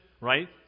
right